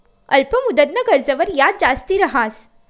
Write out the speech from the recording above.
अल्प मुदतनं कर्जवर याज जास्ती रहास